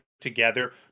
together